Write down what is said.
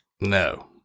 No